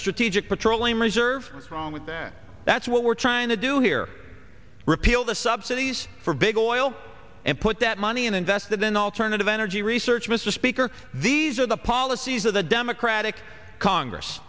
strategic petroleum reserve wrong with that that's what we're trying to do here repeal the subsidies for big oil and put that money and invested in alternative energy research mr speaker these are the policies of the democratic congress